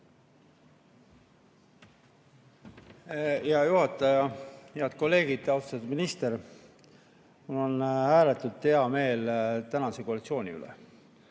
Hea juhataja! Head kolleegid ja austatud minister! Mul on ääretult hea meel tänase koalitsiooni üle.